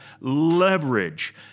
leverage